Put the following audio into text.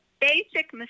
basic